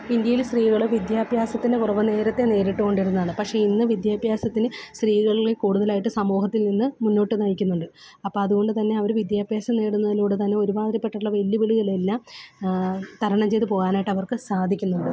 ഇന്ത്യയിൽ സ്ത്രീകൾ വിദ്യാഭ്യാസത്തിന്റെ കുറവ് നേരത്തെ നേരിട്ടുകൊണ്ടിരുന്നതാണ് പക്ഷെ ഇന്ന് വിദ്യാഭ്യാസത്തിന് സ്ത്രീകളിൽ കൂടുതലായിട്ട് സമൂഹത്തിൽ നിന്ന് മുന്നോട്ട് നയിക്കുന്നുണ്ട് അപ്പോൾ അതുകൊണ്ട് തന്നെ അവർ വിദ്യാഭ്യാസം നേടുന്നതിലൂടെ തന്നെ ഒരുമാതിരി പെട്ടുള്ള വെല്ലുവിളികളെല്ലാം തരണം ചെയ്ത് പോവാനായിട്ട് അവർക്ക് സാധിക്കുന്നുണ്ട്